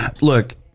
look